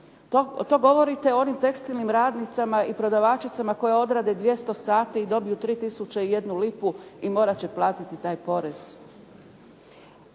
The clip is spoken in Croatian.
To govorite o onim tekstilnim radnicama i prodavačicama koje odrade 200 sati i dobiju 3 tisuće i jednu lipu i morat će platiti taj porez.